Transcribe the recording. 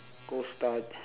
go study